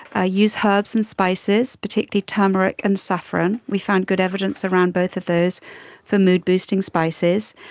ah use herbs and spices, particularly turmeric and saffron. we found good evidence around both of those for mood boosting spices.